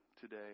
today